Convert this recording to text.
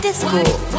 Disco